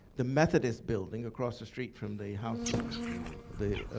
the methodist building across the street from the house of the